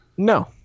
No